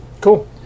Cool